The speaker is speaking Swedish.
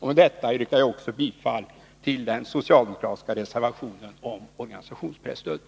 Med detta yrkar jag bifall till den socialdemokratiska reservationen om organisationspresstödet.